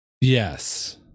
Yes